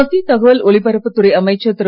மத்திய தகவல் ஒலிப்பரப்பு துறை அமைச்சர் திரு